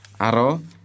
Aro